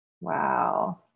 Wow